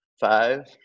Five